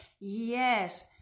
yes